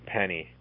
Penny